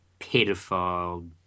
pedophile